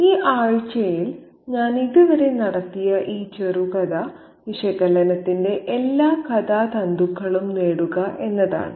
ഈ ആഴ്ചയിൽ ഞാൻ ഇതുവരെ നടത്തിയ ഈ ചെറുകഥ വിശകലനത്തിന്റെ എല്ലാ കഥാ തന്തുക്കളും നേടുക എന്നതാണ്